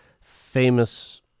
famous